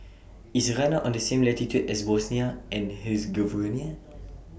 IS Ghana on The same latitude as Bosnia and Herzegovina